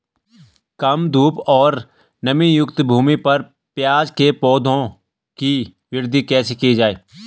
कम धूप और नमीयुक्त भूमि पर प्याज़ के पौधों की वृद्धि कैसे की जाए?